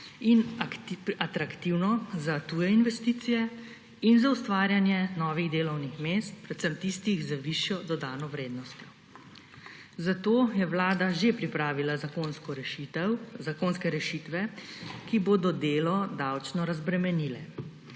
in atraktivno za tuje investicije in za ustvarjanje novih delovnih mest, predvsem tistih z dodano vrednostjo. Zato je Vlada že pripravila zakonske rešitve, ki bodo delo davčno razbremenile.